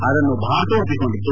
ಅದನ್ನು ಭಾರತವೂ ಒಪ್ಪಿಕೊಂಡಿತ್ತು